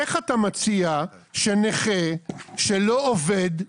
איך אתה מציע שנכה שלא עובד,